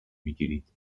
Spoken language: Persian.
میگیرید